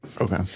Okay